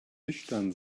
nüchtern